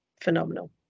phenomenal